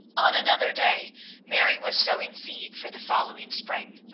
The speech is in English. on another day mary was sowing seed for the following spring.